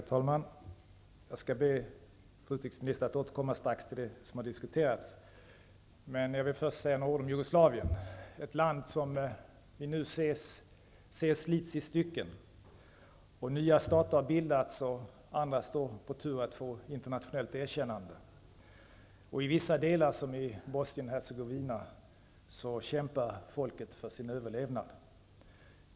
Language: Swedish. Herr talman! Jag skall strax återkomma till det som nu har diskuterats, fru utrikesminister. Jag vill först säga några ord om Jugoslavien, ett land som vi nu ser slitas i stycken. Nya stater har bildats, och andra står på tur att få internationellt erkännande. I vissa delar, som i Bosnien-Hercegovina, kämpar folket för sin överlevnad.